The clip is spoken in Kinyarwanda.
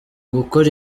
gukora